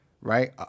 right